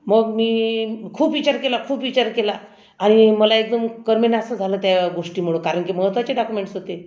मग मी खूप विचार केला खूप विचार केला आणि मला एकदम करमेनासं झालं त्या गोष्टीमुळं कारण की महत्त्वाचे डाक्युमेंट्स होते